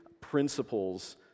principles